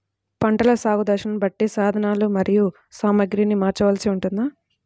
పంటల సాగు దశలను బట్టి సాధనలు మరియు సామాగ్రిని మార్చవలసి ఉంటుందా?